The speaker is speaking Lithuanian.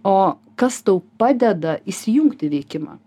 o kas tau padeda įsijungti veikimą